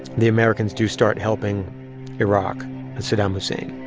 the americans do start helping iraq and saddam hussein,